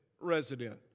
resident